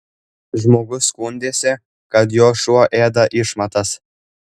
žmogus skundėsi kad jo šuo ėda išmatas